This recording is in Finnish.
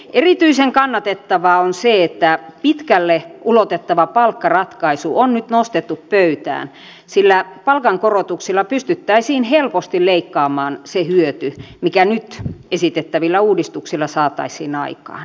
erityisen kannatettavaa on se että pitkälle ulotettava palkkaratkaisu on nyt nostettu pöytään sillä palkankorotuksilla pystyttäisiin helposti leikkaamaan se hyöty mikä nyt esitettävillä uudistuksilla saataisiin aikaan